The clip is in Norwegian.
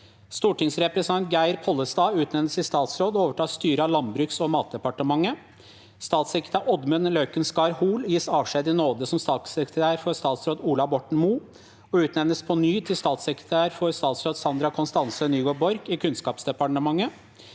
Stortingsrepresentant Geir Pollestad utnevnes til statsråd og overtar styret av Landbruks- og matdepartementet. 5. Statssekretær Oddmund Løkensgard Hoel gis avskjed i nåde som statssekretær for statsråd Ola Borten Moe og utnevnes på ny til statssekretær for statsråd Sandra Konstance Nygård Borch i Kunnskapsdepartementet.